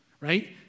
right